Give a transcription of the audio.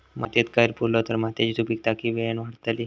मातयेत कैर पुरलो तर मातयेची सुपीकता की वेळेन वाडतली?